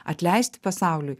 atleisti pasauliui